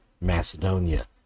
Macedonia